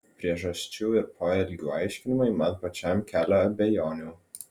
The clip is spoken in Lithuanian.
priežasčių ir poelgių aiškinimai man pačiam kelia abejonių